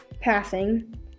passing